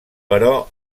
però